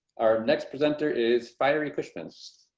our next presenter is fiery cushman's.